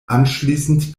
anschließend